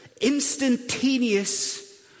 instantaneous